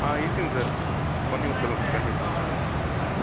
ஆ இருக்குங்க சார் பண்ணி கொடுத்துட்லாம் சார் கண்டிப்பாக